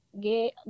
get